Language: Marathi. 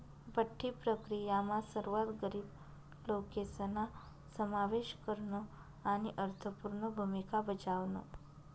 बठ्ठी प्रक्रीयामा सर्वात गरीब लोकेसना समावेश करन आणि अर्थपूर्ण भूमिका बजावण